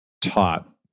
taught